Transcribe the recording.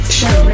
show